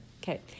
okay